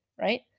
Right